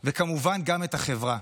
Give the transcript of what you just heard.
וכמובן גם את החברה.